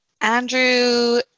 Andrew